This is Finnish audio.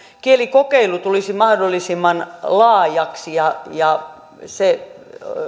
kielikokeilu tulisi mahdollisimman laajaksi ja ja se